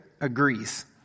agrees